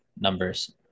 numbers